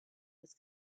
was